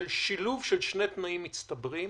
של שילוב שני תנאים מצטברים,